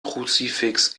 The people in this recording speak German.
kruzifix